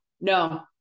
no